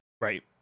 right